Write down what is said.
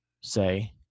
say